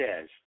says